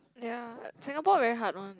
ya Singapore very hard one